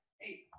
Hey